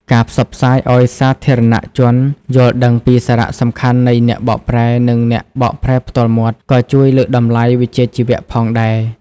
ការផ្សព្វផ្សាយឲ្យសាធារណជនយល់ដឹងពីសារៈសំខាន់នៃអ្នកបកប្រែ និងអ្នកបកប្រែផ្ទាល់មាត់ ក៏ជួយលើកតម្លៃវិជ្ជាជីវៈផងដែរ។